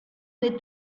with